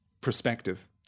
perspective